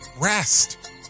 rest